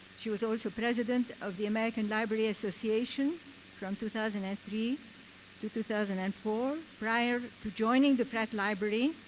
she was also president of the american library association from two thousand and ah three two thousand and four. prior to joining the pratt library,